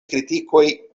kritikoj